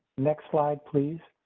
next slide please.